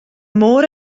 môr